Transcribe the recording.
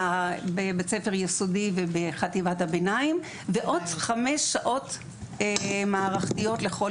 בבית ספר יסודי ובחטיבת הביניים ועוד 5 שעות מערכתיות לכל